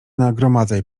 nagromadzaj